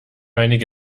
einige